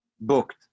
booked